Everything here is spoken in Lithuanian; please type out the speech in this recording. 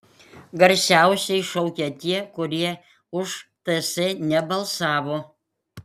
garsiausiai šaukia tie kurie už ts nebalsavo